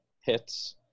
hits